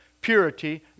purity